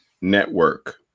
network